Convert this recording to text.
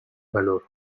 valor